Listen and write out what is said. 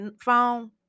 phone